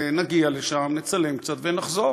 נגיע לשם, נצלם קצת ונחזור.